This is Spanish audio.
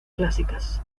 clásicas